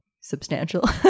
substantial